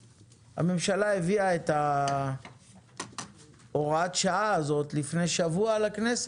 הממשלה הביאה את הוראת השעה הזאת לכנסת לפני שבוע.